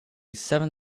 seven